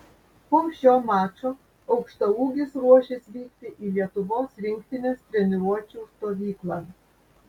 po šio mačo aukštaūgis ruošis vykti į lietuvos rinktinės treniruočių stovyklą